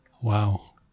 Wow